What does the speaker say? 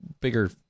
bigger